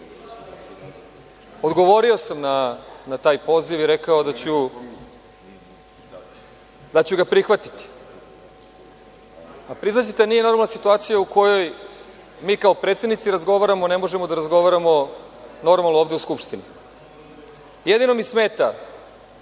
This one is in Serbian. Odgovorio sam na taj poziv i rekao da ću ga prihvatiti. A priznaćete da nije normalna situacija u kojoj mi kao predsednici razgovaramo, a ne možemo da razgovaramo normalno ovde u Skupštini. Jedino mi smeta,